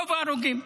רוב ההרוגים.